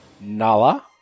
Nala